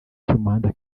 cy’umuhanda